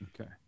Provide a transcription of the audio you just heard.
okay